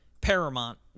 paramount